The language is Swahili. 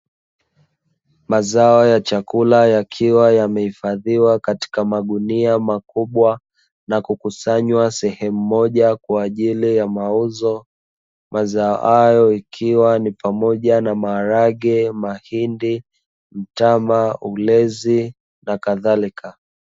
Mazao ya chakula yakiwa yamehifadhiwa katika magunia makubwa na kukusanywa sehemu moja kwaajili ya mauzo, mazao hayo ikiwa ni pamoja na maharage, mahindi, mtama, ulezi, n.k.